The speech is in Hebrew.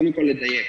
קודם כול, לדייק.